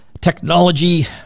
technology